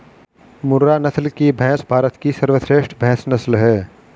मुर्रा नस्ल की भैंस भारत की सर्वश्रेष्ठ भैंस नस्ल है